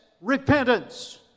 repentance